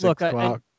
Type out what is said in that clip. look